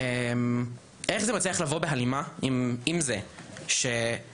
איך זה מצליח לבוא בהלימה עם זה שהממשלה,